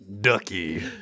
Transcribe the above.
ducky